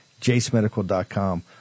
JaceMedical.com